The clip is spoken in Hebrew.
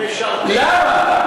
למה?